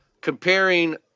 comparing